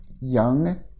young